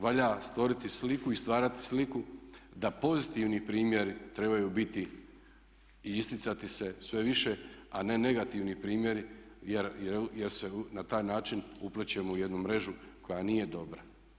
Valja stvoriti sliku i stvarati sliku da pozitivni primjeri trebaju biti i isticati se sve više a ne negativni primjeri jer se na taj način uplićemo u jednu mrežu koja nije dobra.